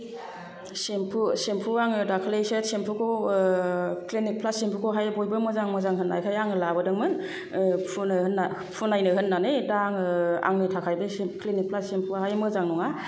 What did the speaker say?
shampoo shampoo आङो दाख्लैसो शेम्पुखौ क्लिनिक प्लास शेम्पुखौहाय बयबो मोजां मोजां होन्नायखाय आङो लाबोदोंमोन फुनो होन्ना फुनायनो होन्नानै दा आङो आंनि थाखाय बे क्लिनिक प्लास शेम्पुआहाय मोजां नङा